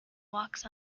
walks